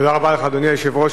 אדוני היושב-ראש,